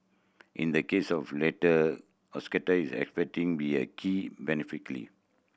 in the case of latter Osaka is expecting be a key